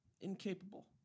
Incapable